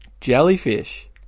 Jellyfish